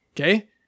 okay